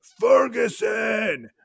Ferguson